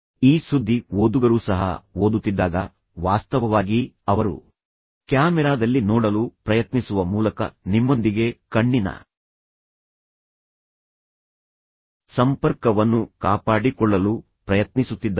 ಈ ಸುದ್ದಿ ಓದುಗರು ಸಹ ಓದುತ್ತಿದ್ದಾಗ ವಾಸ್ತವವಾಗಿ ಅವರು ಕ್ಯಾಮೆರಾದಲ್ಲಿ ನೋಡಲು ಪ್ರಯತ್ನಿಸುವ ಮೂಲಕ ನಿಮ್ಮೊಂದಿಗೆ ಕಣ್ಣಿನ ಸಂಪರ್ಕವನ್ನು ಕಾಪಾಡಿಕೊಳ್ಳಲು ಪ್ರಯತ್ನಿಸುತ್ತಿದ್ದಾರೆ